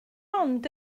ond